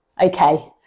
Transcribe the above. Okay